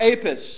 Apis